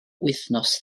wythnos